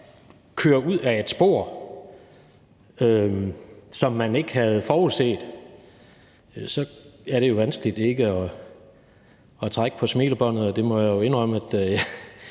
kører ud ad et spor, som man ikke havde forudset, så er det jo vanskeligt ikke at trække på smilebåndet, og det må jeg jo indrømme at